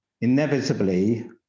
inevitably